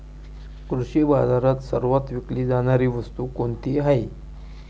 कृषी बाजारात सर्वात विकली जाणारी वस्तू कोणती आहे?